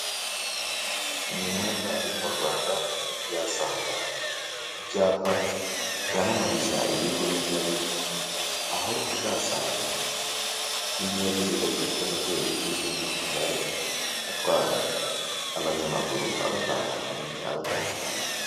Mu mihanda yo mu Rwanda uzasanga ibyapa byamamariza ibigo bimwe na bimwe, aho uzasanga n'ibinyabiziga bidafite moteri bizwiho nk'amagare atwara abanyamaguru abavana ahantu hamwe abajyana ahandi.